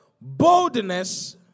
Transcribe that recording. Boldness